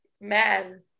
Man